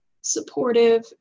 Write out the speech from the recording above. supportive